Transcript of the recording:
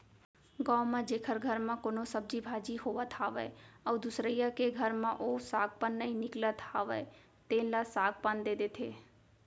गाँव म जेखर घर म कोनो सब्जी भाजी होवत हावय अउ दुसरइया के घर म ओ साग पान नइ निकलत हावय तेन ल साग पान दे देथे